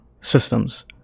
systems